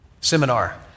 seminar